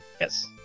Yes